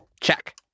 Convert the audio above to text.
Check